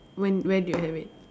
when where do you have it